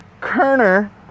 Kerner